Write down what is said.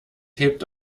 hebt